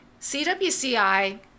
CWCI